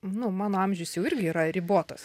nu mano amžius jau irgi yra ribotas